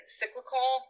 cyclical